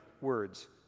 words